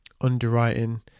underwriting